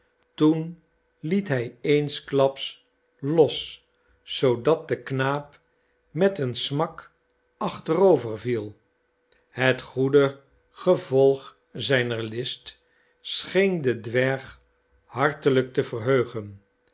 toen liet hij eensklaps los zoodat de knaap met een smak achterover viel het goede gevolg zijner list scheen den dwerg hartelijk te verheugen